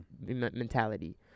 mentality